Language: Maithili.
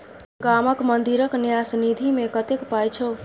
गामक मंदिरक न्यास निधिमे कतेक पाय छौ